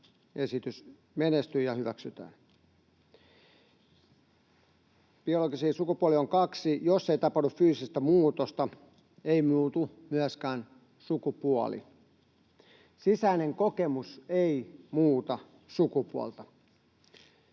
lakiesitys menestyy ja hyväksytään. Biologisia sukupuolia on kaksi. Jos ei tapahdu fyysistä muutosta, ei muutu myöskään sukupuoli. Sisäinen kokemus ei muuta sukupuolta.